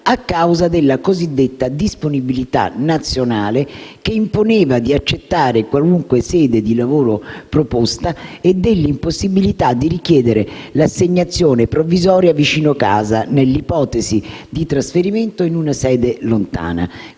a causa della cosiddetta disponibilità nazionale, che imponeva di accettare qualunque sede di lavoro proposta, e dell'impossibilità di richiedere l'assegnazione provvisoria vicino casa nell'ipotesi di trasferimento in una sede lontana,